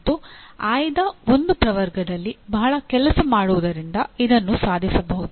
ಮತ್ತು ಆಯ್ದ ಒಂದು ಪ್ರವರ್ಗದಲ್ಲಿ ಬಹಲ ಕೆಲಸ ಮಾಡುವುದರಿಂದ ಇದನ್ನು ಸಾಧಿಸಬಹುದು